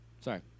sorry